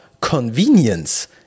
convenience